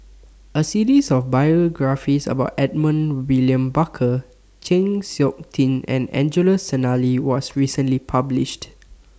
A series of biographies about Edmund William Barker Chng Seok Tin and Angelo Sanelli was recently published